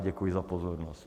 Děkuji za pozornost.